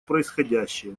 происходящее